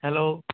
hello